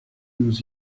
nous